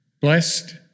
blessed